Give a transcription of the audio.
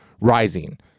rising